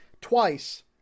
twice